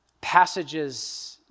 passages